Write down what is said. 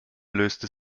löste